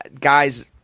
guys